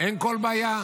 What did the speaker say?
אין כל בעיה.